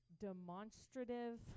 demonstrative